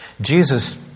Jesus